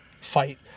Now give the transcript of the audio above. fight